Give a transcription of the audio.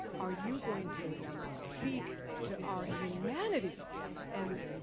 are you going to speak to our humanity and